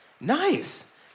Nice